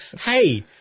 hey